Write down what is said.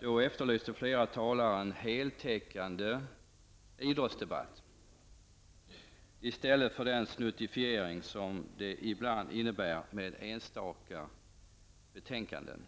Då efterlyste flera talare en heltäckande idrottsdebatt, i stället för den snuttifiering som det ibland innbär med enstaka betänkanden.